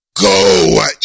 go